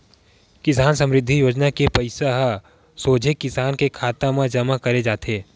किसान समरिद्धि योजना के पइसा ह सोझे किसान के खाता म जमा करे जाथे